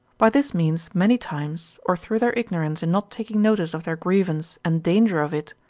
by this means many times, or through their ignorance in not taking notice of their grievance and danger of it,